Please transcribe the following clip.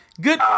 good